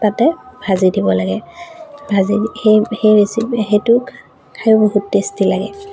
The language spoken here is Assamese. তাতে ভাজি দিব লাগে ভাজি সেই সেই ৰেচিপি সেইটো খায়ো বহুত টেষ্টি লাগে